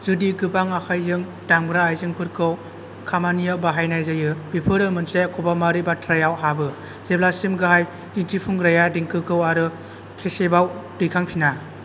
जुदि गोबां आखायजों दामग्रा आइजेंफोरखौ खामानियाव बाहायनाय जायो बेफोरो मोनसे खबामारि बाथ्रायाव हाबो जेब्लासिम गाहाय दिन्थिफुंग्राया देंखोखौ आरो खेबसेबाव दैखांफिना